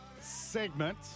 segment